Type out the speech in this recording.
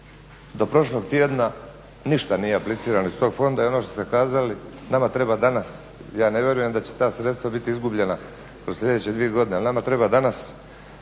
Do prošlog tjedna ništa nije aplicirano iz tog fonda i ono što ste kazali nama treba danas, ja ne vjerujem da će ta sredstva biti izgubljena kroz sljedeće dvije godine, ali nama treba danas